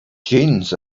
jeans